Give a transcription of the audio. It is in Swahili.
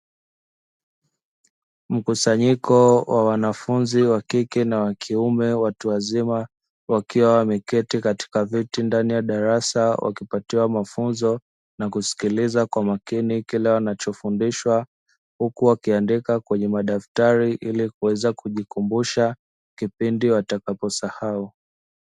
Mkusanyiko wa wanafunzi wa kike na wa kiume watu wazima wakiwa wameketi katika viti ndani ya darasa wakipatiwa mafunzo na kusikiliza kwa makini kila wanachofundishwa huku wakiandika kwenye madaftari ili kuweza kujikumbusha kipindi watakaposahau.